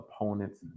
opponents